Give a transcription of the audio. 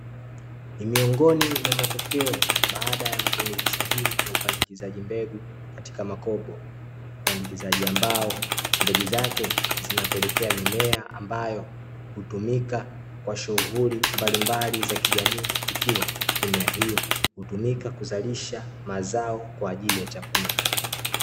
Ni miongoni mwa matokeo baada ya matumizi sahihi ya upandikizaji mbegu katika makopo, upandikizaji ambao mbegu zake zinapelekea mimea ambayo hutumika kwa shughuli mbalimbali za jamii; ikiwa mimea hiyo hutumika kuzalisha mazao kwa ajili ya chakula.